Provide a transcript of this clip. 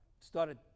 started